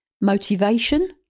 Motivation